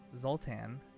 Zoltan